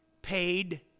paid